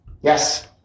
Yes